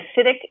acidic